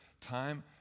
time